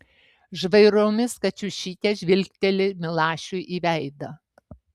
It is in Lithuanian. žvairomis kačiušytė žvilgteli milašiui į veidą